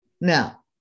Now